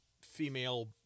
female